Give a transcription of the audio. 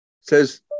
says